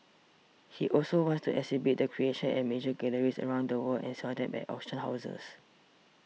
he also wants to exhibit the creations at major galleries around the world and sell them at auction houses